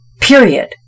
Period